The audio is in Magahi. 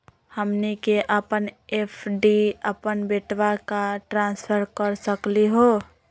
हमनी के अपन एफ.डी अपन बेटवा क ट्रांसफर कर सकली हो?